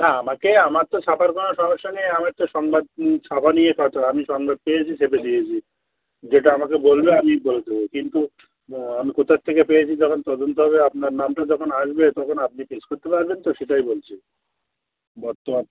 না আমাকে আমার তো ছাপার কোনো সমস্যা নেই আমার তো সংবাদ ছাপা নিয়ে কথা আমি সংবাদ পেয়েছি সেটা দিয়েছি যেটা আমাকে বলবে আমি বলে দেবো কিন্তু আমি কোথার থেকে পেয়েছি যখন তদন্ত হবে আপনার নামটা তখন আসবে তখন আপনি ফেস করতে পারবেন তো সেটাই বলছি বর্তমান